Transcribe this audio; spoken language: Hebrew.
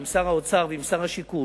עם שר האוצר ועם שר השיכון.